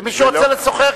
ומי שרוצה לשוחח,